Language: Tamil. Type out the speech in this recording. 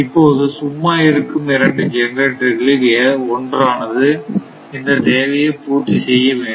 இப்போது சும்மா இருக்கும் இரண்டு ஜெனரேட்டர்களில் ஒன்றானது இந்த தேவையை பூர்த்தி செய்ய வேண்டும்